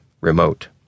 remote